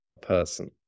person